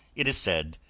it is said,